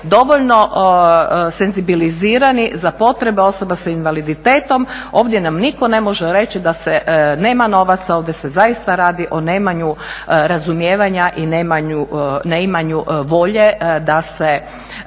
dovoljno senzibilizirani za potrebe osoba sa invaliditetom, ovdje nam nitko ne može reći da se nema novaca, ovdje se zaista radi o nemanju razumijevanja i neimanju volje da se